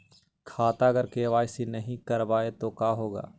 खाता अगर के.वाई.सी नही करबाए तो का होगा?